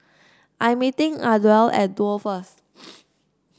I'm meeting Ardelle at Duo first